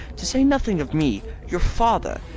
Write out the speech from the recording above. to say nothing of me, your father.